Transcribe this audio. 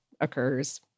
occurs